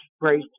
race